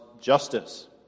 justice